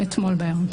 אתמול בערב.